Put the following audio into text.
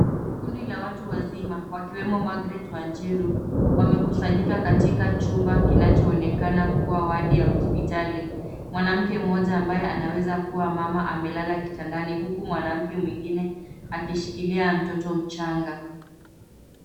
Kundi la watu wazima wakiwemo Margaret Wanjiru, wamekusanyika katika chumba kinachoonekana kuwa wodi ya hospitali. Mwanamke mmoja ambaye anaweza kuwa mama amelala kitandani, huku mwanamke mwingine akishikilia mtoto mchanga.